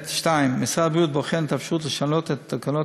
2. משרד הבריאות בוחן את האפשרות לשנות את תקנות